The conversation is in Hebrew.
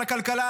על הכלכלה,